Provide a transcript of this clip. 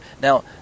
Now